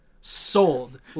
Sold